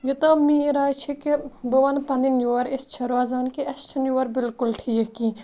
یوٚتام میٲنۍ راے چھِ کہِ بہٕ وَنہِ پَنٕنۍ یور أسۍ چھِ روزان کہِ اَسہِ چھِنہِ یور بِلکُل ٹھیک کِیٚنٛہہ